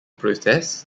process